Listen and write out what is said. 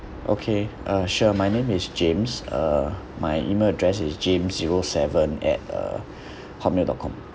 okay uh sure my name is james uh my email address is james zero seven at uh hotmail dot com